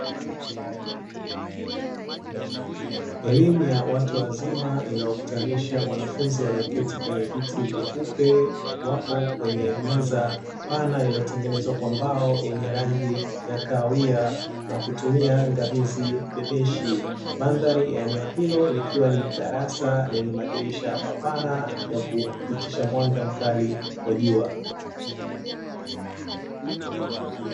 Elimu ya watu wazima iliyo wakutanisha wanafunzi walioketi kwenye viti vyeupe, wapo kwenye meza pana iliyotengenezwa kwa mbao yenye rangi ya kahawia na kutumia ngamizi bebeshi. Madhari ya eneo hilo likiwa ni darasa lenye madirisha mapana ya kupitisha mwanga mkali wa jua.